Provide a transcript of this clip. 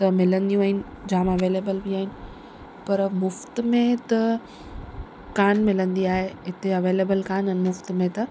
त मिलंदियूं आहिनि जाम अवेलेबल बि आहिनि पर मुफ़्त में त कान मिलंदी आहे हिते अवेलेबल काननि मुफ़्त में त